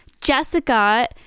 Jessica